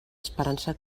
esperança